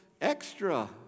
extra